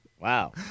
Wow